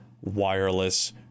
wireless